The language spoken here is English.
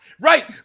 right